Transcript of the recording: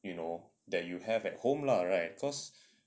you know that you have at home lah right cause